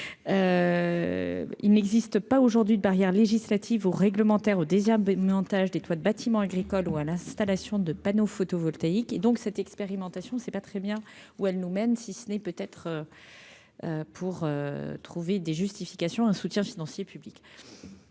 il n'existe pas aujourd'hui de barrières législatives ou réglementaires déjà montage des toits de bâtiments agricoles ou à l'installation de panneaux photovoltaïques et donc cette expérimentation, c'est pas très bien où elle nous mène, si ce n'est peut être pour trouver des justifications un soutien financier public.